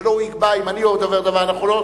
ולא הוא יקבע אם אני דובר דבר נכון,